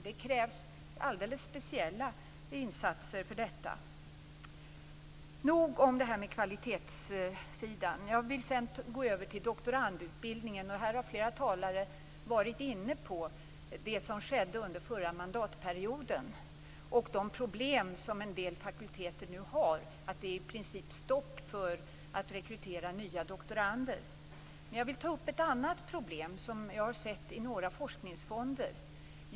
Det krävs nämligen alldeles speciella insatser för detta. Efter detta med kvalitetssidan vill jag gå över till doktorandutbildningen. Flera talare här har varit inne på det som skedde under förra mandatperioden och de problem som en del fakulteter nu har. I princip är det ju stopp för att rekrytera nya doktorander. Jag skall ta upp ett annat problem som jag har sett i några forskningsfonder.